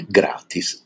gratis